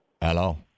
Hello